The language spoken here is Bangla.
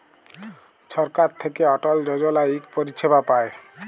ছরকার থ্যাইকে অটল যজলা ইক পরিছেবা পায়